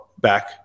back